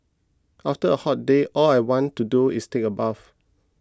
after a hot day all I want to do is take a bath